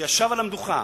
שישב על המדוכה